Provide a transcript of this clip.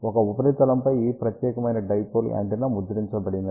ఒక ఉపరితలంపై ఈ ప్రత్యేకమైన డైపోల్ యాంటెన్నా ముద్రించబడినది